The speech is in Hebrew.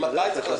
עד מתי?